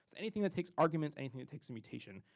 anything that takes arguments, anything that takes a mutation,